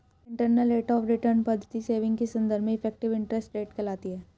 internal rate of return पद्धति saving के संदर्भ में इफेक्टिव इंटरेस्ट रेट कहलाती है